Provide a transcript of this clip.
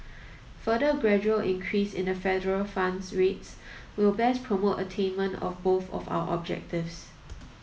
further gradual increase in the federal funds rate will best promote attainment of both of our objectives